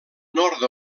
nord